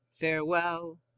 Farewell